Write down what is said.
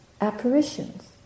apparitions